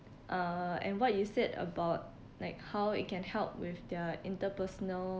uh and what you said about like how it can help with their interpersonal